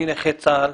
אני נכה צה"ל,